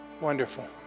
Wonderful